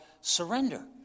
surrender